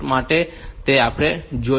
તો આપણે તેને જોઈશું